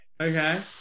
Okay